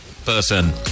person